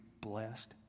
blessed